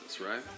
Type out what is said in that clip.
right